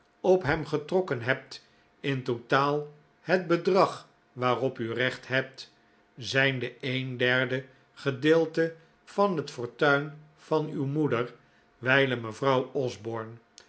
op hem getrokken hebt in totaal het bedrag waarop u recht hebt zijnde een derde gedeelte van het fortuin van uw moeder wijlen mevrouw osborne